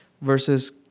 versus